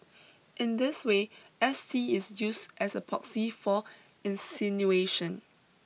in this way S T is used as a proxy for insinuation